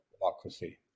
democracy